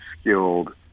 skilled